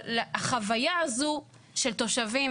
אבל החוויה הזו של תושבים,